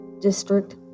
district